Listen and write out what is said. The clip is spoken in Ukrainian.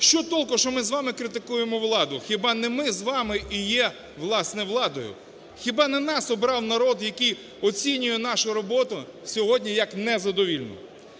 Що толку, що ми з вами критикуємо владу? Хіба не ми з вами і є, власне, владою? Хіба не нас обрав народ, який оцінює нашу роботу сьогодні як незадовільну?